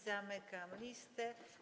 Zamykam listę.